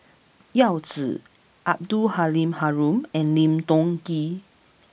Yao Zi Abdul Halim Haron and Lim Tiong Ghee